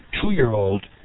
two-year-old